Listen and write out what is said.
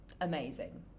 amazing